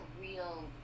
real